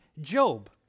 Job